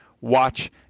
Watch